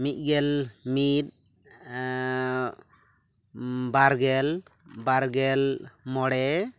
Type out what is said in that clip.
ᱢᱤᱫᱜᱮᱞ ᱢᱤᱫ ᱵᱟᱨ ᱜᱮᱞ ᱵᱟᱨᱜᱮᱞ ᱢᱚᱬᱮ